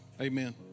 Amen